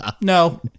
No